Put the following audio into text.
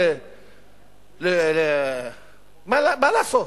מה לעשות?